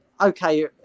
okay